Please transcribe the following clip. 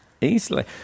easily